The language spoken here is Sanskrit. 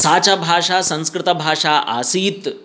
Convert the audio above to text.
सा च भाषा संस्कृतभाषा आसीत्